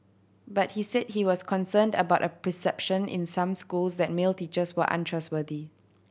but he said he was concerned about a perception in some schools that male teachers were untrustworthy